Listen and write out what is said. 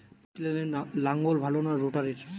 পাওয়ার টিলারে লাঙ্গল ভালো না রোটারের?